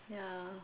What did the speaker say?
ya